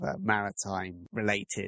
maritime-related